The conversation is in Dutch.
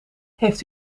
heeft